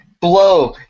blow